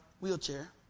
wheelchair